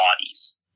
bodies